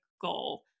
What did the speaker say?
goal